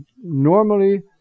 normally